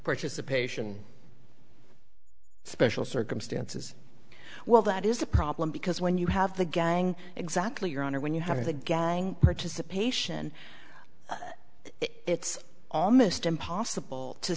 participation special circumstances well that is a problem because when you have the gang exactly your honor when you have the gang participation it's almost impossible to